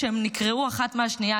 כשהן נקרעו אחת מהשנייה,